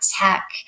tech